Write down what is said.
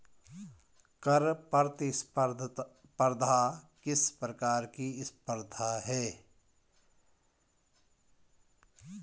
कर प्रतिस्पर्धा किस प्रकार की स्पर्धा है?